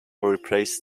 replace